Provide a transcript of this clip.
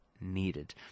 needed